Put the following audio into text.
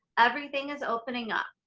everything is opening up.